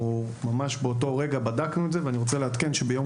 ממש באותו רגע בדקנו את זה ואני רוצה לעדכן שביום